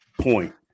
point